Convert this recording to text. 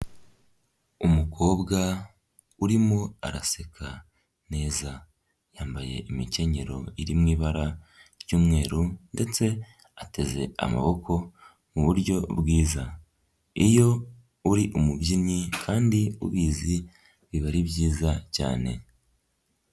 Umukobwa urimo araseka neza yambaye imikenyero iri mu ibara ry'umweru ndetse ateze amaboko mu buryo bwiza, iyo uri umubyinnyi kandi ubizi biba ari byiza cyane.